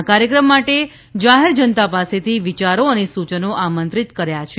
આ કાર્યક્રમ માટે જાહેર જનતા પાસેથી વિચારો અને સૂચનો આમંત્રિત કર્યા છે